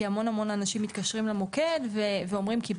כי המון אנשים מתקשרים למוקד ואומרים שהם קיבלו הוראה.